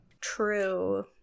true